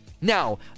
Now